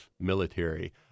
military